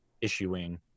issuing